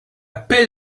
paix